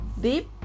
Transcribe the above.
deep